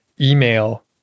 email